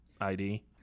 ID